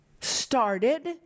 started